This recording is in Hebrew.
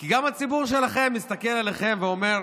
כי גם הציבור שלכם מסתכל עליכם ואומר: